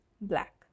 black